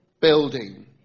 building